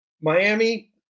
Miami